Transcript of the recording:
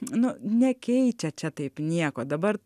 nu nekeičia čia taip nieko dabar